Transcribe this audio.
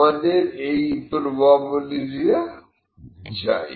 আমাদের এই প্রবাবিলিটি টা চাই